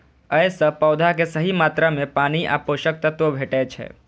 अय सं पौधा कें सही मात्रा मे पानि आ पोषक तत्व भेटै छै